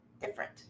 Different